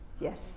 Yes